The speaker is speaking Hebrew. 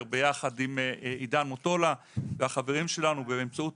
יחד עם עידן מוטולה והחברים שלנו באמצעות